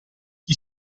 chi